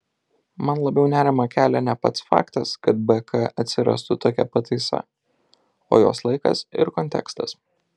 man labiau nerimą kelia ne pats faktas kad bk atsirastų tokia pataisa o jos laikas ir kontekstas